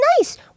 nice